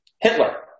Hitler